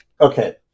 Okay